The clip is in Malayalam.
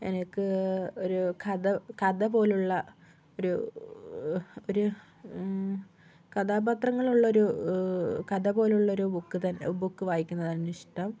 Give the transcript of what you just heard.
എനിക്ക് ഒരു കഥ കഥപോലുള്ള ഒരു ഒര് കഥാപാത്രങ്ങളുള്ള ഒരു കഥ പോലുള്ളൊരു ബുക്ക് തന്നെ ബുക്ക് വായിക്കുന്നതാണിഷ്ടം